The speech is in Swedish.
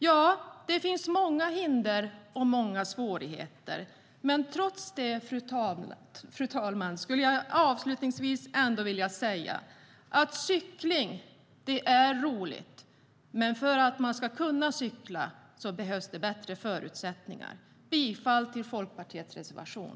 Ja, det finns många hinder och svårigheter, men trots detta vill jag avslutningsvis ändå säga att cykling är roligt. Men för att man ska kunna cykla behövs det bättre förutsättningar. Bifall till Folkpartiets reservation!